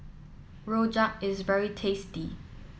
Rojak is very tasty